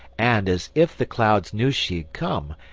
and as if the clouds knew she had come,